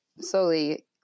slowly